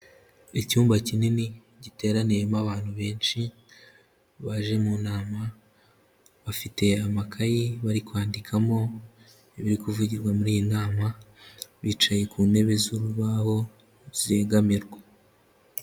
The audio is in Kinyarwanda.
Icyumba kinini giteraniyemo abantu benshi baje mu nama, bafite amakayi bari kwandikamo ibiri kuvugirwa muri iyi nama, bicaye ku ntebe z'urubaho zegamirwa.